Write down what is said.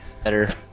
better